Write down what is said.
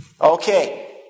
Okay